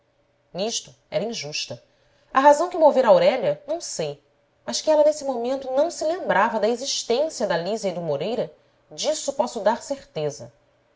nisto era injusta a razão que movera aurélia não sei mas que ela nesse momento não se lembrava da existência da lísia e do moreira disso posso dar certeza